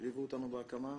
שליוו אותנו בהקמה,